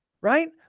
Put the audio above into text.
right